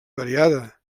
variada